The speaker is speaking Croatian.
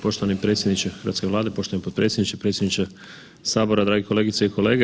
Poštovani predsjedniče hrvatske Vlade, poštovani potpredsjedniče, predsjedniče Sabora, drage kolegice i kolege.